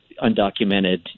undocumented